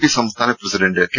P സംസ്ഥാന president K